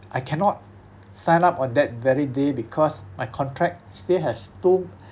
I cannot sign up on that very day because my contract still have s~ two